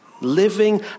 Living